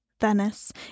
Venice